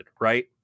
right